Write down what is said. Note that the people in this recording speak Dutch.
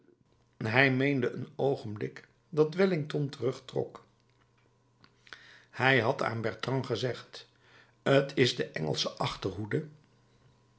hij meende een oogenblik dat wellington terugtrok hij had aan bertrand gezegd t is de engelsche achterhoede